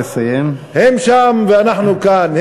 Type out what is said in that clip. ואנחנו כאן.